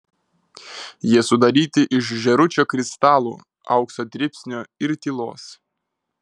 jie sudaryti iš žėručio kristalų aukso dribsnių ir tylos